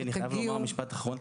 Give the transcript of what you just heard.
אני חייב לומר משפט אחרון.